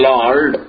Lord